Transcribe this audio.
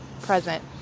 present